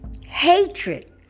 hatred